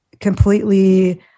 completely